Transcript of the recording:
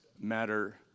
matter